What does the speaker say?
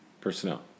personnel